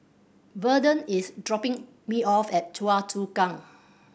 Verdell is dropping me off at Choa Chu Kang